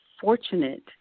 fortunate